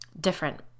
different